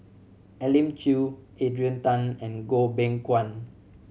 Elim Chew Adrian Tan and Goh Beng Kwan